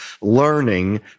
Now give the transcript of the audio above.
learning